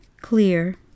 clear